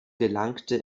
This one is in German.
gelangte